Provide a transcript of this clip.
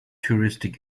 touristic